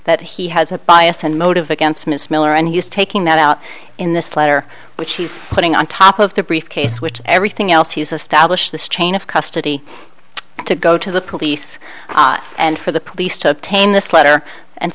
that he has a bias and motive against ms miller and he's taking that out in this letter which he's putting on top of the briefcase which everything else he's established this chain of custody to go to the police and for the police to obtain this letter and